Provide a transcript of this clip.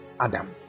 Adam